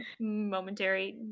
momentary